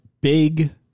Big